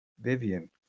vivian